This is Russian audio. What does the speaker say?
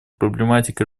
проблематикой